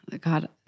God